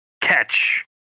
catch